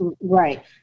Right